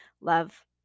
love